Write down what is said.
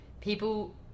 people